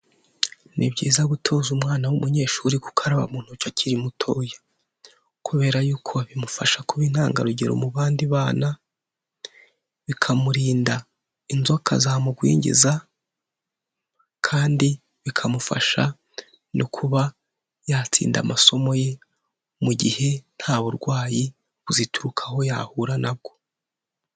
Ni byiza gutoza umwana w'umunyeshuri gukaraba mutoki akiri mutoya, kubera yuko bimufasha kuba intangarugero mu bandi bana, bikamurinda inzoka zamugwingiza kandi bikamufasha no kuba yatsinda amasomo ye mu gihe nta burwayi buziturukaho yahura nabwo.